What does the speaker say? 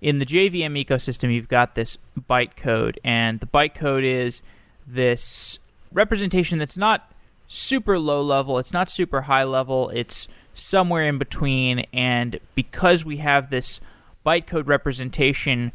in the jvm yeah ecosystem, you've got this bytecode, and the bytecode is this representation that's not super low-level, it's not super high-level, it's somewhere in between, and because we have this bytecode representation,